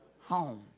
home